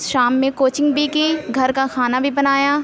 شام میں کوچنگ بھی کی گھر کا کھانا بھی بنایا